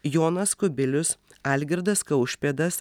jonas kubilius algirdas kaušpėdas